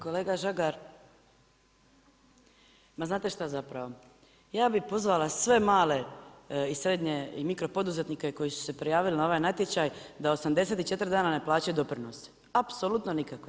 Kolega Žagar, ma znate što zapravo, ja bi pozvala sve male i srednje i mirkopoduzetnike, koji su se prijavili na ovaj natječaj da 84 dana ne plaćaju doprinos, apsolutno nikakve.